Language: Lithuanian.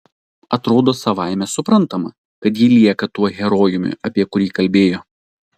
atrodo savaime suprantama kad ji lieka tuo herojumi apie kurį kalbėjo